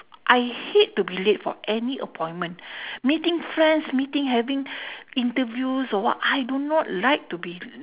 I hate to be late for any appointment meeting friends meeting having interviews or what I do not like to be